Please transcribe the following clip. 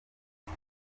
ibi